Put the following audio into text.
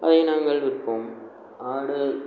அதை நாங்கள் விற்போம் ஆடு